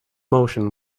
motion